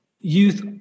youth